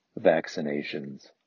vaccinations